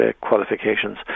qualifications